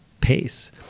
pace